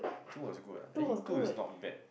two was good ah actually two is not bad